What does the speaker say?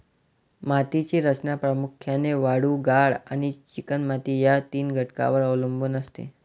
मातीची रचना प्रामुख्याने वाळू, गाळ आणि चिकणमाती या तीन घटकांवर अवलंबून असते